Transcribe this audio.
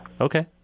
Okay